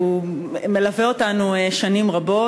מלווה אותנו שנים רבות.